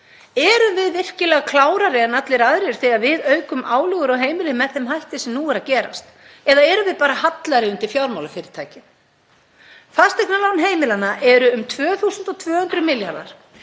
Erum við virkilega klárari en allir aðrir þegar við aukum álögur á heimili með þeim hætti sem nú er að gerast? Eða erum við bara hallari undir fjármálafyrirtækin? Fasteignalán heimilanna eru um 2.200 milljarðar.